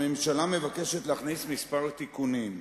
הממשלה מבקשת להכניס כמה תיקונים.